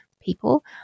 people